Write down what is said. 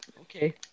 Okay